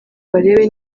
barebe